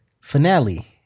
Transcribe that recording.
Finale